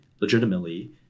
legitimately